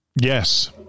Yes